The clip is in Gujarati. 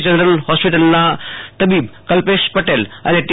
જનરલ હોસ્પિટલનો તબિબ કલ્પેશ પટેલ અને ટી